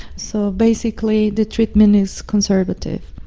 so basically the treatment is conservative.